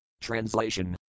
Translation